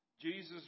Jesus